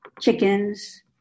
chickens